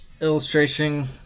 illustration